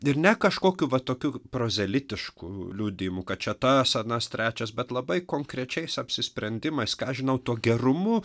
ir ne kažkokiu va tokiu prozalitišku liudijimu kad čia tas anas trečias bet labai konkrečiais apsisprendimais ką žinau tuo gerumu